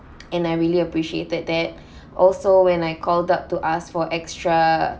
and I really appreciated that also when I called up to ask for extra